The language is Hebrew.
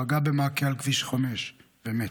פגע במעקה בכביש 5 ומת,